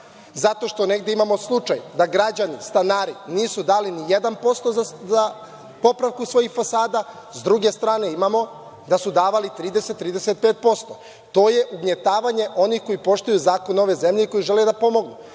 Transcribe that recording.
Zato što negde imamo slučaj da građani, stanari, nisu dali ni 1% za popravku svoji fasada, s druge strane imamo da su davali 30-35%.To je ugnjetavanje onih koji poštuju zakon ove zemlje i koji žele da pomognu.